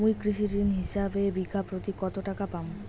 মুই কৃষি ঋণ হিসাবে বিঘা প্রতি কতো টাকা পাম?